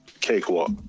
Cakewalk